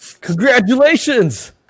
congratulations